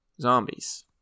Zombies